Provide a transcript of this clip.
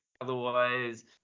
otherwise